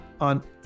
on